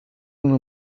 una